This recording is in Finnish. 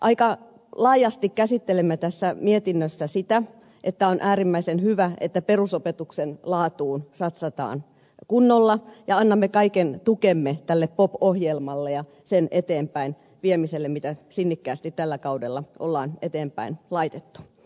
aika laajasti käsittelemme tässä mietinnössä sitä että on äärimmäisen hyvä että perusopetuksen laatuun satsataan kunnolla ja annamme kaiken tukemme tälle pop ohjelmalle ja sen eteenpäinviemiselle mitä sinnikkäästi tällä kaudella on eteenpäin laitettu